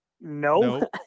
No